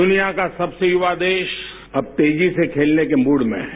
दुनिया का सबसे युवा देश अब तेजी से खेलने के मूड में है